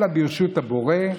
אלא ברשות הבורא,